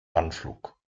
anflug